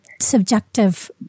subjective